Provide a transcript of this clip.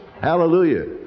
hallelujah